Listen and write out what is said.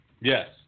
Yes